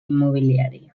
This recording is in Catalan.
immobiliari